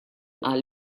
qal